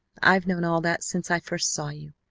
i've known all that since i first saw you.